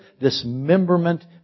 dismemberment